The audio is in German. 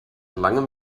langem